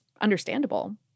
understandable